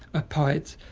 a poet,